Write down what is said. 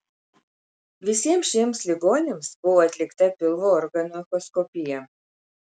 visiems šiems ligoniams buvo atlikta pilvo organų echoskopija